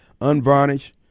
unvarnished